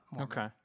okay